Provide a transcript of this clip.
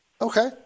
okay